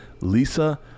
Lisa